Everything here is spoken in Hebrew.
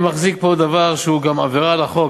אני מחזיק פה דבר שהוא גם עבירה על החוק,